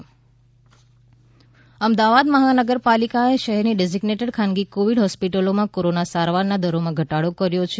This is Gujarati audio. કોરોના સારવાર દર અમદાવાદ મહાનગરપાલિકાએ શહેરની ડેઝીગનેટેડ ખાનગી કોવીડ હોસ્પિટલોમાં કોરોના સાસરવારના દરોમાં ઘટાડો કર્યો છે